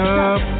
up